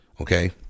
Okay